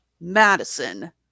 Madison